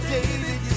David